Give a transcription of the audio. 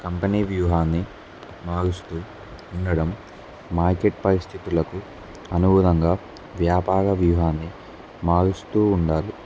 company వ్యూహాన్ని మారుస్తూ ఉండడం మార్కెట్ పరిస్థితులకు అనుగుణంగా వ్యాపార వ్యూహాన్ని మారుస్తూ ఉండాలి